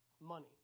money